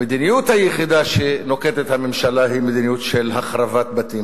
המדיניות היחידה שנוקטת הממשלה היא מדיניות של החרבת בתים.